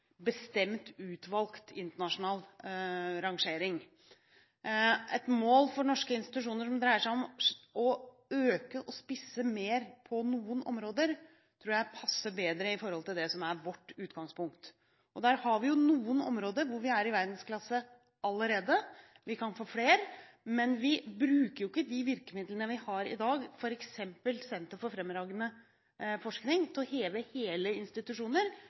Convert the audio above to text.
bestemt, utvalgt internasjonal rangering. Et mål for norske institusjoner som dreier seg om å øke og spisse mer på noen områder, tror jeg passer bedre i forhold til det som er vårt utgangspunkt. Der har vi noen områder hvor vi er i verdensklasse allerede. Vi kan få flere, men vi bruker jo ikke de virkemidlene vi har i dag, f.eks. Senter for fremragende forskning, til å heve hele institusjoner.